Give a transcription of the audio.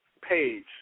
page